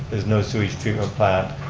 there's no sewage treatment plant,